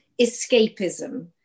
escapism